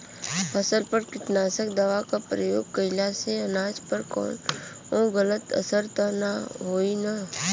फसल पर कीटनाशक दवा क प्रयोग कइला से अनाज पर कवनो गलत असर त ना होई न?